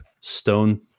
stone